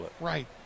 Right